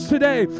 Today